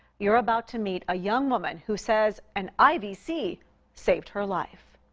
you're about to meet a young woman who says an ivc saved her life.